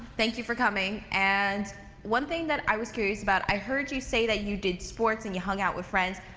thank you for coming and one thing that i was curious about, i heard you say that you did sports and you hung out with friends.